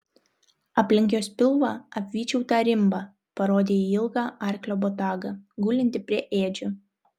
aplink jos pilvą apvyčiau tą rimbą parodė į ilgą arklio botagą gulintį prie ėdžių